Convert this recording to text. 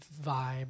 vibe